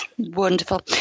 Wonderful